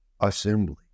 assembly